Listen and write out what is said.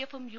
എഫും യു